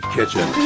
Kitchen